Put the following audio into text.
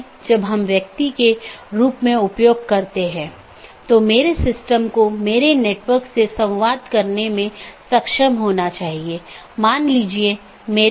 BGP के संबंध में मार्ग रूट और रास्ते पाथ एक रूट गंतव्य के लिए पथ का वर्णन करने वाले विशेषताओं के संग्रह के साथ एक गंतव्य NLRI प्रारूप द्वारा निर्दिष्ट गंतव्य को जोड़ता है